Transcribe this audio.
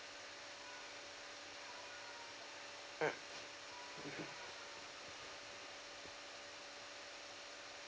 mm